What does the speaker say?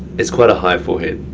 it's quite a high forehead.